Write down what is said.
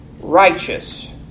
righteous